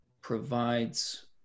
provides